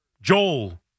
Joel